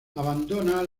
abandona